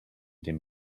dem